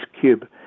cube